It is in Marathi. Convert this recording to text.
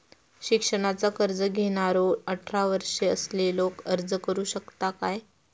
शिक्षणाचा कर्ज घेणारो अठरा वर्ष असलेलो अर्ज करू शकता काय?